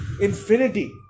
Infinity